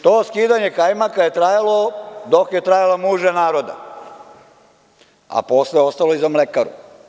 To skidanje kajmaka je trajalo dok je trajala muža naroda, a posle ostalo i za mlekaru.